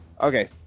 Okay